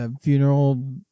funeral